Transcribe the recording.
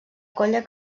colla